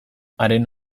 haren